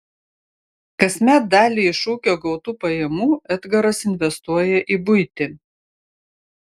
kasmet dalį iš ūkio gautų pajamų edgaras investuoja į buitį